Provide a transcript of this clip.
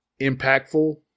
impactful